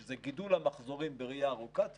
שזה גידול המחזורים בראייה ארוכת טווח,